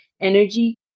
Energy